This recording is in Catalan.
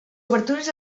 obertures